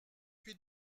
huit